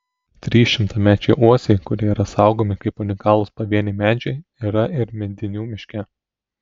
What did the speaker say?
trys šimtamečiai uosiai kurie yra saugomi kaip unikalūs pavieniai medžiai yra ir medinių miške